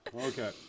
Okay